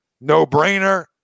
No-brainer